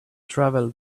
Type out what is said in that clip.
travel